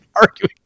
arguing